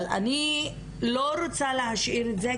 אבל אני לא רוצה להשאיר את זה,